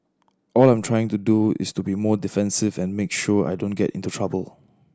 all I am trying to do is to be more defensive and make sure I don't get into trouble